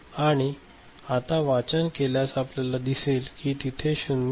आणि आता वाचन केल्यास आपल्याला दिसेल की तिथे 0 होते